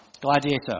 Gladiator